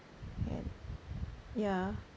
and ya